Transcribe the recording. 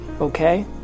okay